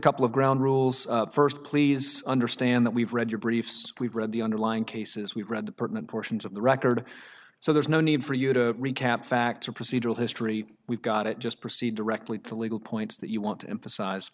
couple of ground rules first please understand that we've read your briefs we've read the underlying cases we've read the pertinent portions of the record so there's no need for you to recap facts or procedural history we've got it just proceed directly to the legal points that you want to emphasize